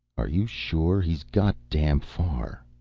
are you sure? he's got damn far.